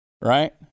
right